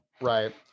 right